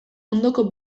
ondoko